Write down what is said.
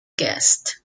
guest